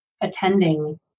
attending